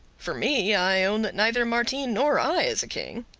for me i own that neither martin nor i is a king.